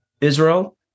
Israel